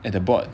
at the board